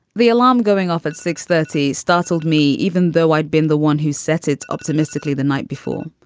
the alarm going off at six thirty startled me, even though i'd been the one who set it optimistically the night before.